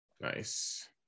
Nice